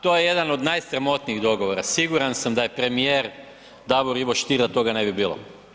To je jedan od najsramotnijih dogovora, siguran sam da je premijer Davor Ivo Stier da toga ne bi bilo.